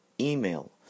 email